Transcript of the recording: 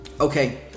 Okay